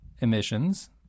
emissions